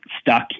stuck